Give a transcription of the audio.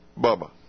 Bubba